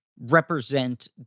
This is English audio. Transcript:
represent